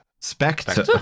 Spectre